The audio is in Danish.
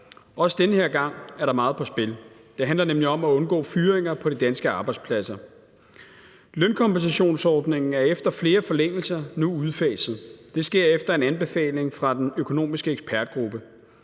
Også den her gang er der meget på spil. Det handler nemlig om at undgå fyringer på de danske arbejdspladser. Lønkompensationsordningen er efter flere forlængelser nu udfaset. Det sker efter en anbefaling fra den økonomiske ekspertgruppe.